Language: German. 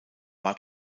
war